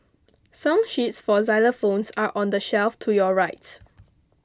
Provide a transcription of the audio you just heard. song sheets for xylophones are on the shelf to your right